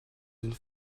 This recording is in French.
une